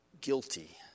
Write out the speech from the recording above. guilty